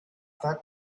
that